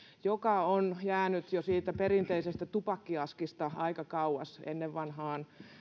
se on jäänyt jo siitä perinteisestä tupakkiaskista aika kauas ennen vanhaan